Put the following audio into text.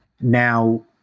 now